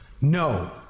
No